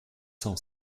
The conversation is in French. cent